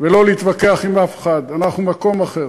ולא להתווכח עם אף אחד, אנחנו במקום אחר.